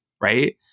right